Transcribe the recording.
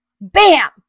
bam